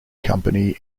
company